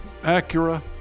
Acura